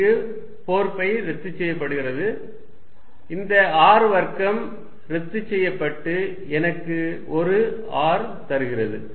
இங்கு 4 பை ரத்து செய்யப்படுகிறது இந்த r வர்க்கம் ரத்து செய்யப்பட்டு எனக்கு ஒரு r தருகிறது